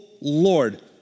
Lord